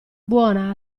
buona